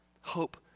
Hope